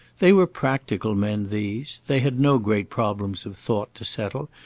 they were practical men, these! they had no great problems of thought to settle,